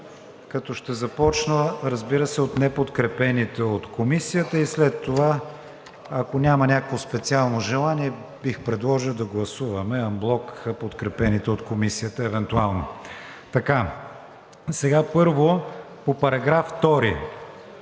като ще започна, разбира се, от неподкрепените от Комисията и след това, ако няма някакво специално желание, бих предложил да гласуваме анблок подкрепените от Комисията евентуално. Първо, по § 2